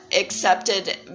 accepted